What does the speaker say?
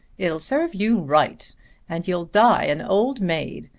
it'll serve you right and you'll die an old maid,